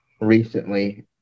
recently